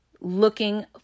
looking